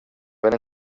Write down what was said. ville